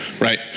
Right